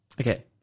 Okay